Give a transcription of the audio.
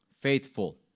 Faithful